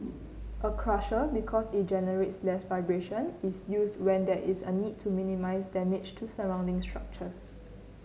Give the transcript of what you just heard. a crusher because it generates less vibration is used when there is a need to minimise damage to surrounding structures